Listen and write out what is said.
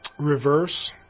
reverse